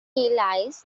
lies